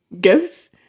gifts